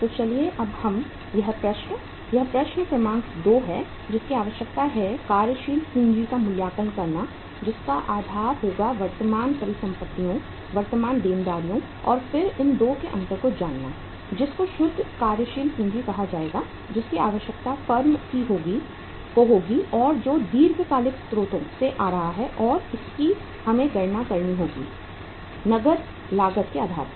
तो चलिए अब हम यह प्रश्न यह प्रश्न क्रमांक 2 है जिसकी आवश्यकता है कार्यशील पूंजी का मूल्यांकन करना जिसका आधार होगा वर्तमान परिसंपत्तियों वर्तमान देनदारियों और फिर इन 2 के अंतर को जानना जिसको शुद्ध कार्यशील पूंजी कहा जाएगा जिसकी आवश्यकता फर्म को होगी और जो दीर्घकालिक स्रोतों से आ रहा है और इसकी हमें गणना करनी होगी नकद लागत के आधार पर